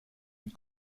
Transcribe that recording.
une